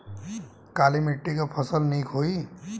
काली मिट्टी क फसल नीक होई?